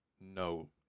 no